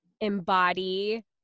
embody